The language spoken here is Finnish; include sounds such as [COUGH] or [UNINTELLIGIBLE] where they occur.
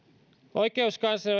oikeuskansleri [UNINTELLIGIBLE]